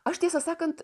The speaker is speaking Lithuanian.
aš tiesą sakant